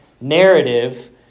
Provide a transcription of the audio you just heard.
narrative